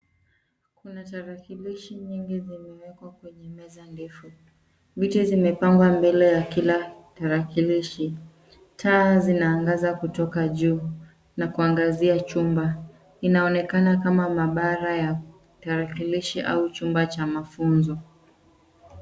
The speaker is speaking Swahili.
Kuna tarakilishi nyingi zimewekwa kwenye meza ndefu. Viti zimepangwa mbele ya kila tarakilishi. Taa zinaangaza kutoka juu na kuangazia chumba. Inaonekana kama maabara ya tarakilishi au chumba cha mafunzo.